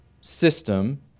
system